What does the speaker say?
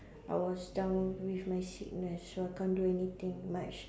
I was down with my sickness so I can't do anything much